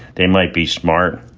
they might be smart,